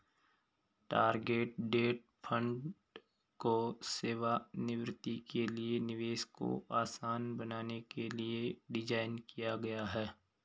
target date fund को सेवानिवृत्ति के लिए निवेश को आसान बनाने के लिए डिज़ाइन किया गया है